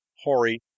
hoary